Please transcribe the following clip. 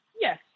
Yes